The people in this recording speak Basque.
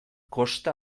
kosta